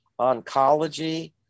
oncology